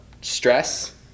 stress